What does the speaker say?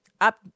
Up